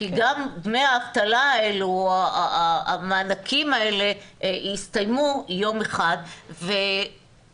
גם דמי האבטלה או המענקים יסתיימו יום אחד ואני